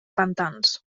pantans